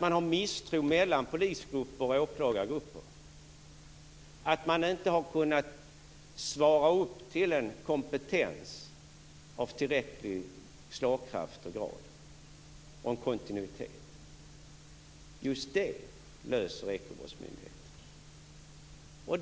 Man har misstro mellan polisgrupper och åklagargrupper. Man har inte kunnat svara upp till kraven på en kompetens av tillräcklig slagkraft och grad och med tillräcklig kontinuitet. Just detta löser Ekobrottsmyndigheten.